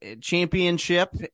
championship